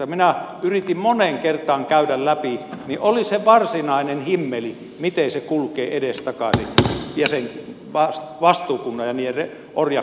kun minä yritin moneen kertaan käydä läpi niin oli se varsinainen himmeli miten se kulkee edestakaisin sen vastuukunnan ja niiden orjakuntien välillä